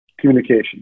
communication